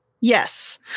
Yes